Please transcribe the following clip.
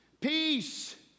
peace